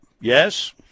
yes